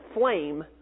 flame